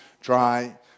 dry